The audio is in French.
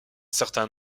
certain